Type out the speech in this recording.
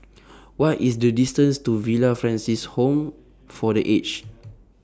What IS The distance to Villa Francis Home For The Aged